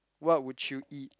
what would you eat